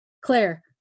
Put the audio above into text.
claire